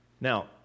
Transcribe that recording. Now